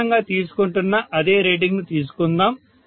సాధారణంగా తీసుకుంటున్న అదే రేటింగ్ను తీసుకుందాం